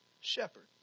shepherd